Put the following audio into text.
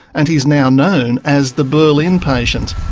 and he's now known as the berlin patient.